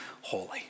holy